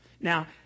Now